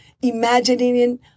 imagining